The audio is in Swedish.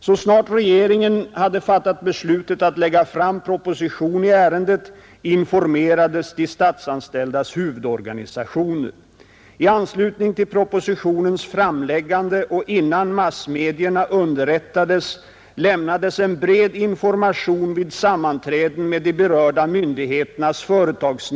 Utskottet säger för det första att statsmakternas självklara rätt att bestämma icke bör utesluta att värdefullt samråd kommer till stånd med berörd personal. Hade sådant samråd ägt rum och varit något så när tillfredsställande hade uppenbarligen icke något särskilt påpekande behövt göras i ett i fråga om utrymmet så ansträngt aktstycke som ett utskottsutlåtande.